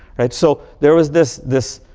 right. so, there was this this,